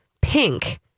Pink